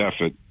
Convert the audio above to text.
effort